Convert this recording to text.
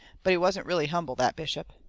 but he wasn't really humble, that bishop.